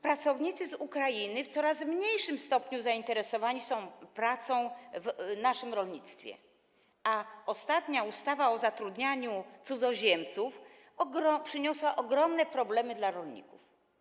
Pracownicy z Ukrainy w coraz mniejszym stopniu zainteresowani są pracą w naszym rolnictwie, a ostatnia ustawa o zatrudnianiu cudzoziemców przyniosła ogromne problemy dla rolników.